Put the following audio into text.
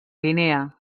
guinea